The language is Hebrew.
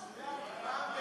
מצוין.